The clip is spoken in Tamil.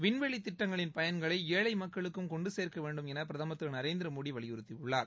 விண்வெளி திட்டங்களின் பயன்களை ஏழை மக்களுக்கும் கொண்டு சேர்க்க வேண்டும் என பிரதமர் திரு நரேந்திரமோடி வலியுறுத்தியுள்ளார்